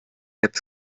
apps